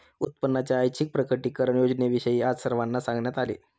उत्पन्नाच्या ऐच्छिक प्रकटीकरण योजनेविषयी आज सर्वांना सांगण्यात आले